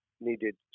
needed